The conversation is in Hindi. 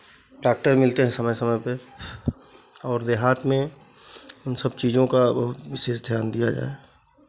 डॉक्टर मिलते हैं समय समय पे और देहात में इन सब चीज़ों का विशेष ध्यान दिया जाय